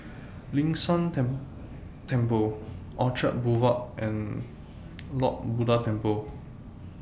Ling San Teng Temple Boulevard and Lord Buddha Temple